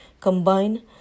combine